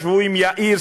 ישבו עם יאיר,